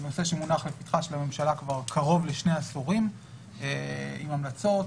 נושא שמונח לפתחה של הממשלה קרוב לשני עשורים עם המלצות,